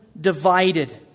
divided